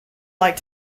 like